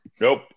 Nope